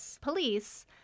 police